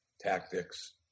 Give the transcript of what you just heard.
tactics